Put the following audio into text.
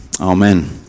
Amen